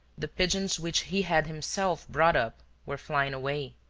the pigeons which he had himself brought up were flying away.